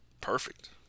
perfect